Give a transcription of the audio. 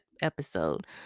episode